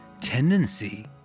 tendency